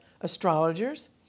astrologers